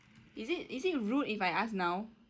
is it is it rude if I ask now